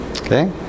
Okay